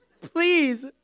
please